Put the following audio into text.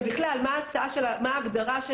ובכלל, מה ההגדרה של